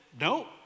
no